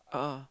(uh huh)